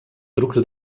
trucs